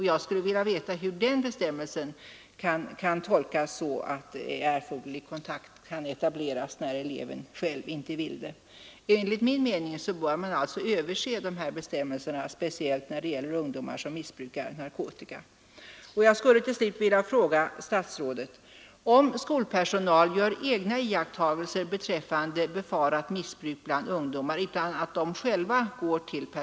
Jag skulle vilja veta hur den bestämmelsen kan tolkas så att erforderlig kontakt kan etableras när eleven själv inte vill det. Enligt min mening bör man överse dessa bestämmelser, speciellt när det gäller ungdomar som missbrukar narkotika. informera föräldrarna eller vilka bestämmelser gäller i dessa fall?